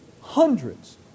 hundreds